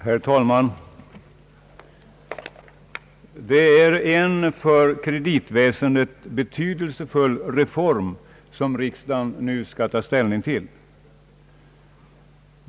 Herr talman! Det är en för kreditväsendet betydelsefull reform som riksdagen nu skall ta ställning till.